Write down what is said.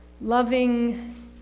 loving